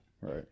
right